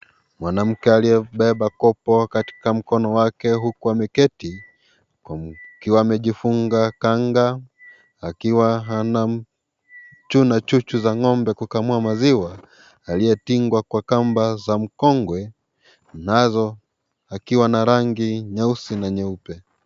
Mwanamke aliyebeba kopo katika mkono wake huku ameketi akiwa amejifunga kanga, akiwa anachuna chuchu za ng'ombe kukamia maziwa, aliyetingwa kwa kamba za mkongwe nazo akiwa na rangi nyeusi na nyeupe.